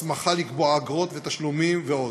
הסמכה לקבוע אגרות ותשלומים ועוד.